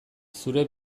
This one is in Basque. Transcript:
zure